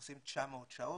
עושים 900 שעות,